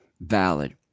valid